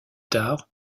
tard